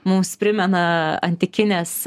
mums primena antikines